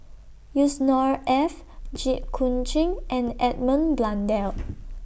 Yusnor Ef Jit Koon Ch'ng and Edmund Blundell